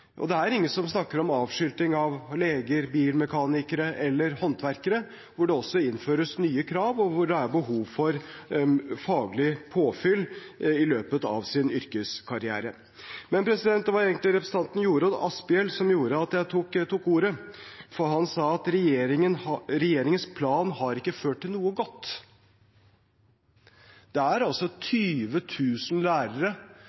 fordypning. Det er ingen som snakker om avskilting av leger, bilmekanikere eller håndverkere, hvor det også innføres nye krav og hvor det er behov for faglig påfyll i løpet av en yrkeskarriere. Det var egentlig representanten Jorodd Asphjell som gjorde at jeg tok ordet. Han sa at regjeringens plan ikke har ført til noe godt. Det er altså 20 000 lærere